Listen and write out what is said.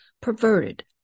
perverted